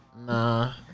Nah